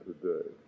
today